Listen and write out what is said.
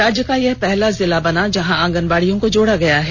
राज्य का यह पहला जिला बना जहां आंगनबाडियों को जोडा गया है